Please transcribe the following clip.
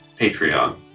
Patreon